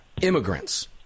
immigrants